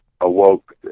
awoke